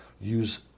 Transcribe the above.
Use